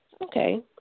Okay